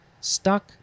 stuck